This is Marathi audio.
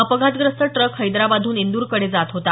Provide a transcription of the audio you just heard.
अपघातग्रस्त ट्रक हैदराबादहून इंदूरकडे जात होता